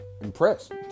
impressed